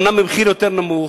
אומנם במחיר יותר נמוך,